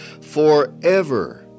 forever